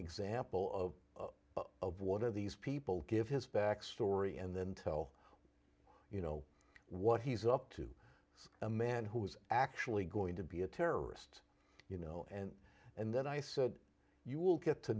example of of one of these people give his backstory and then tell you know what he's up to a man who's actually going to be a terrorist you know and and then i said you will get to